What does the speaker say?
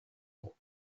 eau